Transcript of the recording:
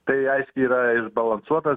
tai aiškiai yra išbalansuotas